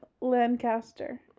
Lancaster